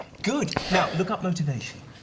good. now, look up motivation.